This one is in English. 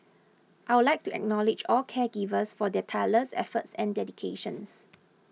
I would like to acknowledge all caregivers for their tireless efforts and dedications